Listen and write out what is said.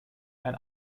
ein